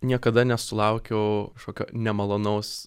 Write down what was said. niekada nesulaukiau kažkokio nemalonaus